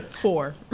four